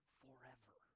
forever